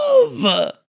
love